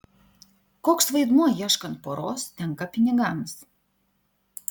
koks vaidmuo ieškant poros tenka pinigams